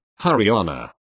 Haryana